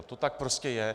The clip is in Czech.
To tak prostě je.